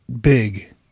big